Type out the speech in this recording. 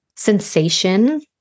Sensation